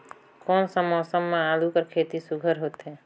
कोन सा मौसम म आलू कर खेती सुघ्घर होथे?